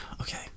okay